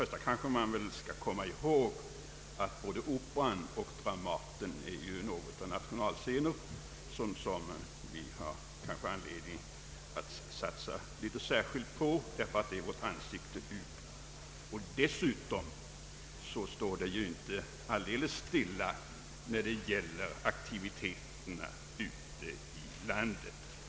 Först och främst bör man komma ihåg att både Operan och Dramaten är något av nationalscener, som vi kanske har anledning att satsa särskilt på, därför att de är vårt ansikte utåt. Dessutom står det inte alldeles stilla när det gäller aktiviteterna ute i landet.